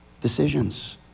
decisions